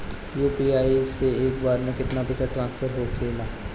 UPI से एक बार मे केतना पैसा ट्रस्फर होखे ला?